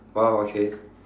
!wow! okay